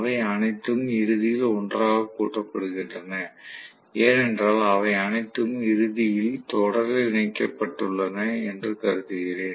அவை அனைத்தும் இறுதியில் ஒன்றாக கூட்ட படுகின்றன ஏனென்றால் அவை அனைத்தும் இறுதியில் தொடரில் இணைக்கப்பட்டுள்ளன என்று கருதுகிறேன்